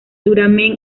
duramen